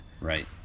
Right